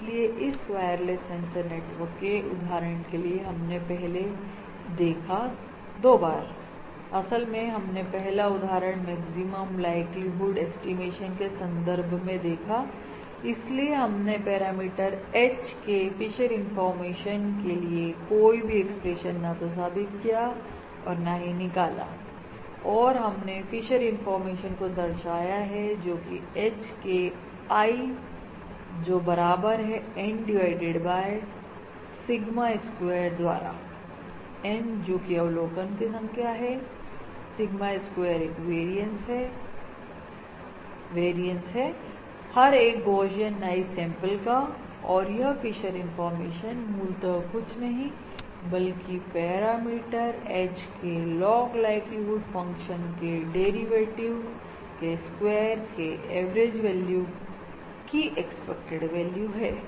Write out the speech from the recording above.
इसलिए इस wireless sensor network के उदाहरण के लिए हमने पहले देखा दो बार असल में हमने एक पहला उदाहरण मैक्सिमम लाइक्लीहुड ऐस्टीमेशन के संदर्भ में देखा इसलिए हमने पैरामीटर H के फिशर इंफॉर्मेशन के लिए कोई भी एक्सप्रेशन ना तो साबित किया और ना ही निकाला और हमने फिशर इनफॉरमेशन को दर्शाया है जोकि H के I जो बराबर है N divided by sigma square द्वारा N जोकि अवलोकन की संख्या है सिग्मा स्क्वायर एक वेरियंस है वेरियंस है हर एक गौशियन नॉइस सैंपल का और यह फिशर इंफॉर्मेशन मूलत कुछ नहीं बल्कि पैरामीटर H के लॉग लाइक्लीहुड फंक्शन के डेरिवेटिव के स्क्वायर के एवरेज वैल्यू की एक्सपेक्टेड वैल्यू है